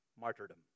martyrdom